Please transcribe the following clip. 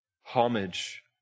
Homage